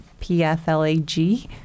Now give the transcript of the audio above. PFLAG